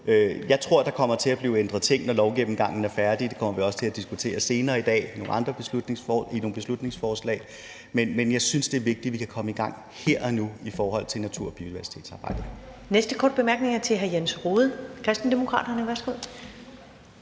Jeg tror, at der bliver ændret ting, når lovgennemgangen er færdig, og det kommer vi også til at diskutere senere i dag ved nogle beslutningsforslag; men jeg synes, det er vigtigt, at vi kan komme i gang her og nu i forhold til natur- og biodiversitetsarbejdet.